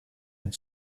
and